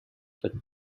for